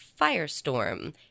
Firestorm